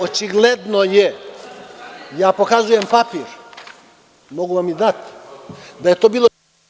Očigledno je, ja pokazujem papir, mogu vam i dati, da je to bilo…